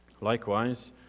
Likewise